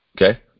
okay